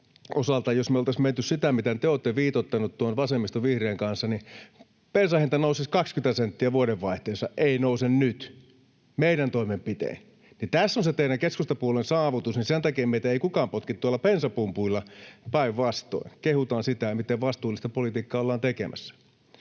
oltaisiin menty siten, miten te olette viitoittaneet vasemmistovihreiden kanssa, bensan hinta nousisi 20 senttiä vuodenvaihteessa. Ei nouse nyt meidän toimenpitein. Tässä on se teidän keskustapuolueen saavutus, ja sen takia meitä ei kukaan potki tuolla bensapumpuilla. Päinvastoin: kehutaan sitä, miten vastuullista politiikkaa ollaan tekemässä.